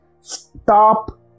stop